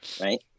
right